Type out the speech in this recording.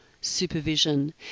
supervision